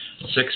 six